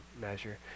measure